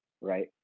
right